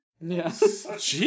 Yes